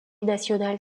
national